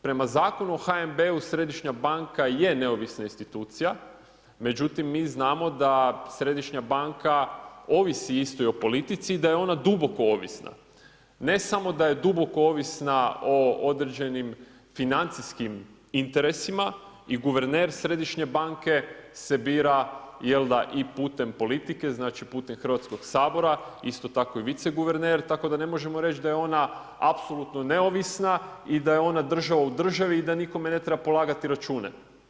Prema Zakonu o HNB-u središnja banka je neovisna institucija, međutim mi znamo da središnja banka ovisi isto i o politici i da je ona duboko ovisna, ne samo da je duboko ovisna o određenim financijskim interesima i guverner središnje banke se bira jel da i putem politike, znači putem Hrvatskog sabora, isto tako i vice guverner, tako da ne možemo reći da je ona apsolutno neovisna i da je ona država u državi i da nikome ne treba polagati račune.